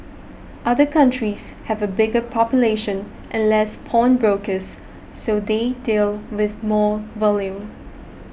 other countries have a bigger population and less pawnbrokers so they deal with more volume